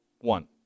one